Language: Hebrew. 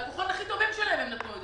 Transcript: ללקוחות הכי טובים שלהם הם נתנו את זה.